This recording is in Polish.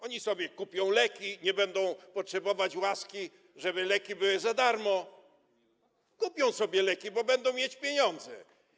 Oni sobie kupią leki, nie będą potrzebować łaski, tego, żeby leki były za darmo, kupią leki, bo będą mieć pieniądze.